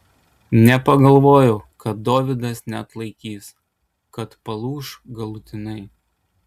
nepagalvojau kad dovydas neatlaikys kad palūš galutinai